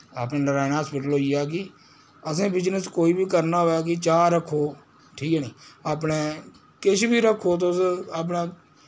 अपनी नायराना हास्पिटल होइया कि असें बिजनेस कोई बी करना होऐ कि चाह् रक्खो ठीक ऐ नि अपनै किश बी रक्खो तुस अपना